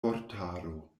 vortaro